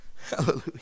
Hallelujah